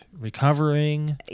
recovering